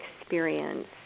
experience